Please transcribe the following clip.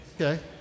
okay